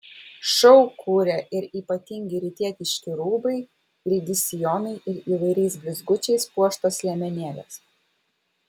šou kuria ir ypatingi rytietiški rūbai ilgi sijonai ir įvairiais blizgučiais puoštos liemenėlės